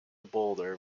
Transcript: boulder